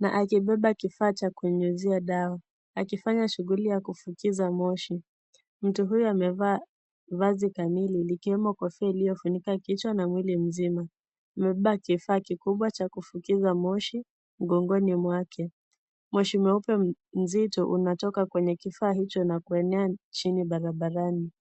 na amepepa kifaa cha kunyunyizia dawa, akufanya shughuli ya kuvikiza moshi. Mtu huyu amevaa vazi kamili likiwemo kofia ya kufunika kichwa na mwili mzuma. Amepepa kifaa kikubwa cha kuvikiza moshi mgongoni mwake. Moshi meupe msito unatoka kwenye kifaa hicho na kuenea nchini barabarani.